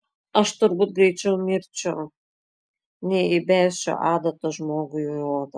aš turbūt greičiau mirčiau nei įbesčiau adatą žmogui į odą